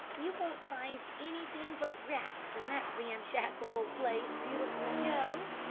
you won't find anything but rats in that ramshackle old place, beautiful joe,